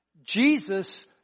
Jesus